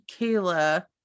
kayla